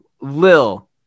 Lil